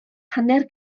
hanner